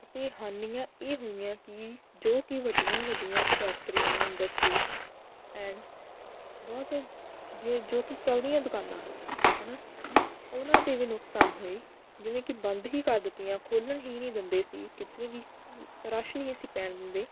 ਅਤੇ ਹਾਨੀਆ ਇਹ ਹੋਈਆਂ ਕਿ ਜੋ ਕੀ ਵੱਡੀਆਂ ਵੱਡੀਆਂ ਫੈਕਟਰੀਆਂ ਇੰਡਸਟਰੀਸ ਐਂਡ ਬਹੁਤ ਜੇ ਜੋ ਕਿ ਚਲਦੀਆਂ ਦੁਕਾਨਾਂ ਹੈਨਾ ਉਹਨਾਂ ਦੇ ਵੀ ਨੁਕਸਾਨ ਹੋਏ ਜਿਵੇਂ ਕਿ ਬੰਦ ਹੀ ਕਰ ਦਿੱਤੀਆਂ ਖੋਲ੍ਹਣ ਹੀ ਨਹੀਂ ਦਿੰਦੇ ਸੀ ਕਿਸੇ ਦੀ ਵੀ ਰੱਸ਼ ਨਹੀਂ ਸੀ ਪੈਣ ਦਿੰਦੇ